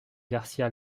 garcía